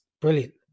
brilliant